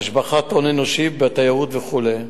השבחת הון אנושי בתיירות וכן הלאה.